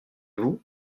vous